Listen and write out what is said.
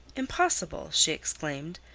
impossible! she exclaimed.